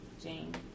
Jane